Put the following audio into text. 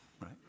right